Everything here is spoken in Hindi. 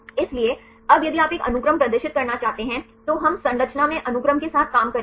इसलिए अब यदि आप एक अनुक्रम प्रदर्शित करना चाहते हैं तो हम संरचना में अनुक्रम के साथ काम करेंगे